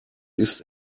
ist